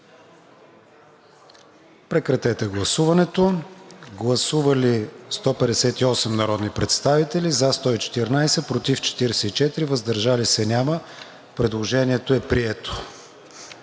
на прегласуване § 5. Гласували 159 народни представители: за 113, против 46, въздържали се няма. Предложението е прието.